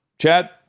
Chad